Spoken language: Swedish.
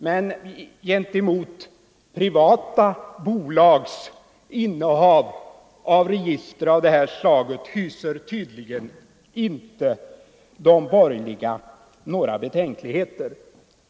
Men gentemot privata bolags innehav av register av det här slaget hyser tydligen de borgerliga inte några betänkligheter.